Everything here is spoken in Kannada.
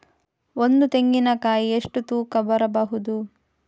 ಒಂದು ತೆಂಗಿನ ಕಾಯಿ ಎಷ್ಟು ತೂಕ ಬರಬಹುದು?